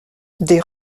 des